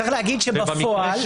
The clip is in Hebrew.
צריך להגיד את האמת,